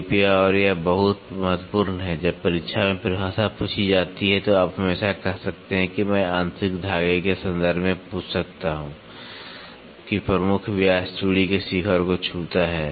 कृपया और यह बहुत महत्वपूर्ण है जब परीक्षा में परिभाषा पूछी जाती है तो आप हमेशा कह सकते हैं कि मैं आंतरिक धागे के संदर्भ में पूछ सकता हूं कि प्रमुख व्यास चूड़ी के शिखर को छूता है